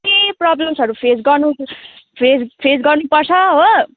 के प्रब्लम्सहरू फेस गर्नु फेस फेस गर्नुपर्छ हो